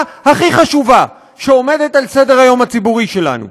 הכי חשובה שעומדת על סדר-היום הציבורי שלנו?